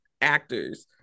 actors